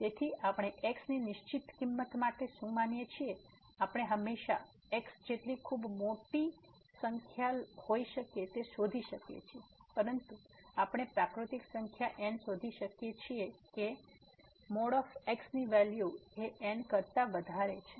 તેથી આપણે x ની નિશ્ચિત કિંમત માટે શું માનીએ છીએ આપણે હંમેશા x જેટલી ખૂબ મોટી સંખ્યા હોઈ શકે તે શોધી શકીએ છીએ પરંતુ આપણે પ્રાકૃતિક સંખ્યા n શોધી શકીએ છીએ કે | x | ની વેલ્યુ એ n કરતા વધારે છે